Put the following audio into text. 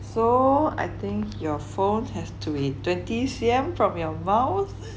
so I think your phone has to be twenty C_M from your mouth